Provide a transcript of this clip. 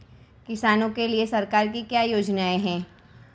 किसानों के लिए सरकार की क्या योजनाएं हैं?